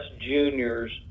juniors